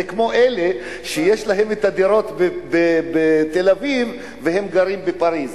זה כמו אלה שיש להם דירות בתל-אביב והם גרים בפריס.